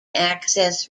access